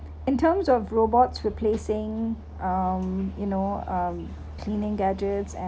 in terms of robots replacing um you know um cleaning gadgets and